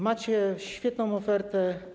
Macie świetną ofertę.